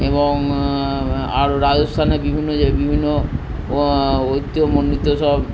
এবং আরো রাজস্থানে বিভিন্ন বিভিন্ন ঐতিহ্যমণ্ডিত সব